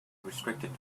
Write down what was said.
restricted